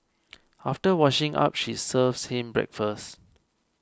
after washing up she serves him breakfast